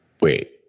Wait